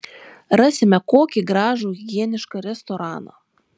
rasime kokį gražų higienišką restoraną